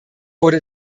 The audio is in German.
wurde